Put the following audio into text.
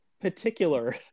particular